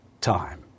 time